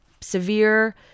severe